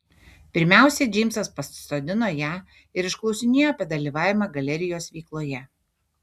pirmiausia džeimsas pasisodino ją ir išklausinėjo apie dalyvavimą galerijos veikloje